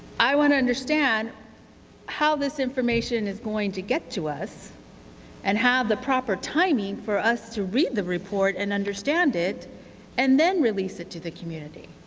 i want to understand how this information is going to get to us and how the proper timing for us to read the report and understand it and then release it to the community.